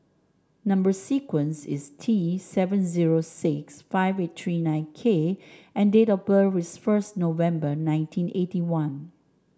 number sequence is T seven zero six five eight three nine K and date of birth is first November nineteen eighty one